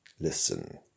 Listen